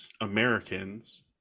americans